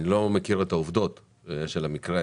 אני לא מכיר את העובדות של המקרה.